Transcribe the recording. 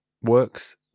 Works